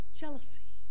jealousy